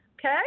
Okay